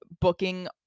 booking